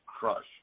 Crush